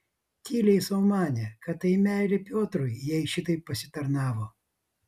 tyliai sau manė kad tai meilė piotrui jai šitaip pasitarnavo